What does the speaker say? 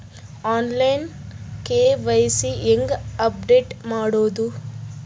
On line KYC ಹೇಂಗ update ಮಾಡೋದು?